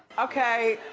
okay,